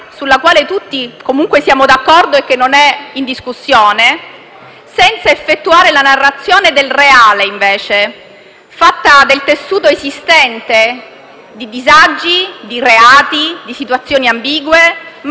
sulla quale tutti comunque siamo d'accordo e che non è in discussione, senza effettuare invece la narrazione del reale, fatta del tessuto esistente, di disagi, di reati, di situazioni ambigue mai